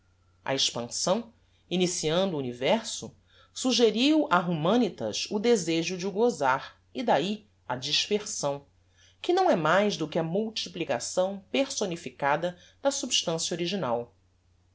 a expansão iniciando o universo suggeriu a humanitas o desejo de o gozar e dahi a dispersão que não é mais do que a multiplicação personificada da substancia original